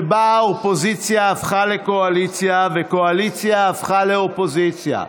שבה אופוזיציה הפכה לקואליציה וקואליציה הפכה לאופוזיציה.